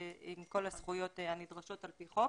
ועם כל הזכויות הנדרשות על-פי חוק.